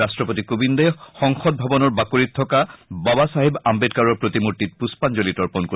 ৰাষ্ট্ৰপতি কোবিন্দে সংসদ ভৱনৰ বাকৰিত থকা বাবাচাহেব আম্বেদকাৰৰ প্ৰতিমূৰ্তিত পৃষ্পাঞ্জলি তৰ্পণ কৰিব